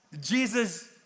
Jesus